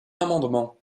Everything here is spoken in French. amendement